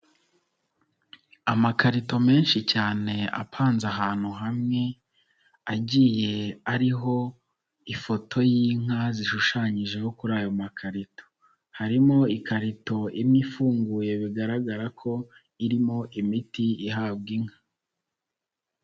Amakarito menshi cyane apanze ahantu hamwe agiye ariho ifoto y'inka zishushanyijeho kuri ayo makarito, harimo ikarito imwe ifunguye bigaragara ko irimo imiti ihabwa inka.